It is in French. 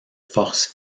force